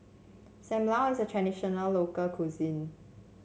Sam Lau is a traditional local cuisine